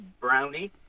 brownie